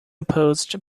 opposed